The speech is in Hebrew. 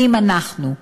אם אנחנו,